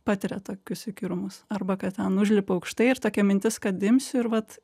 patiria tokius įkyrumus arba kad ten užlipu aukštai ir tokia mintis kad imsiu ir vat